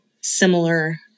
similar